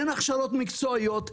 אין הכשרות מקצועיות,